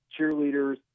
cheerleaders